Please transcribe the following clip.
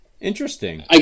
Interesting